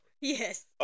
Yes